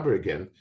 again